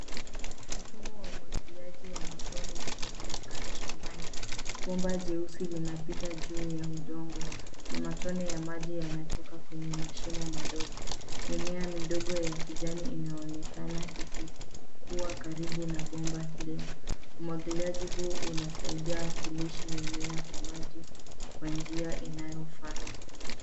Mfumo wa umwagiliaji wa matone unaonekana shambani. Bomba jeusi linapita juu ya udongo na matone ya maji yanatoka kwenye mashimo madogo. Mimea midogo ya kijani inaonekana ikikua karibu na bomba hilo. Umwagiliaji huu unasaidia kulisha mimea kwa maji kwa njia inayofaa.